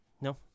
no